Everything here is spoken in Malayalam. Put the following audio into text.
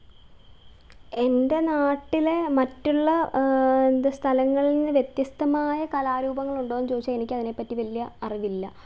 എന്റെ നാട്ടിലെ മറ്റുള്ള എന്താ സ്ഥലങ്ങളിൽ നിന്ന് വ്യത്യസ്തമായ കലാരൂപങ്ങളുണ്ടോയെന്ന് ചോദിച്ചാൽ എനിക്കതിനേപ്പറ്റി വലിയ അറിവില്ല